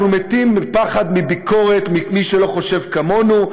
אנחנו מתים מפחד מביקורת ממי שלא חושב כמונו,